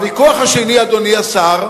הוויכוח השני, אדוני השר,